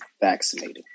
vaccinated